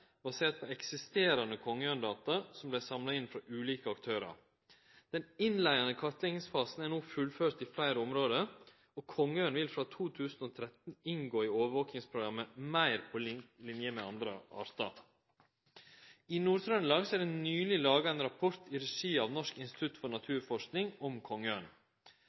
basert på eksisterande kongeørndata som vert samla inn frå ulike aktørar. Den innleiande kartleggingsfasen er no fullført i fleire område, og kongeørn vil frå 2013 inngå i overvakingsprogrammet meir på linje med dei andre artane. I Nord-Trøndelag er det nyleg laga ein rapport i regi av Norsk institutt for naturforskning om